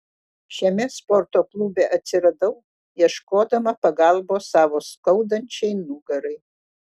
šiame sporto klube atsiradau ieškodama pagalbos savo skaudančiai nugarai